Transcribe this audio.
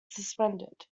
suspended